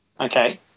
okay